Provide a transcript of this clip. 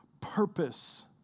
purpose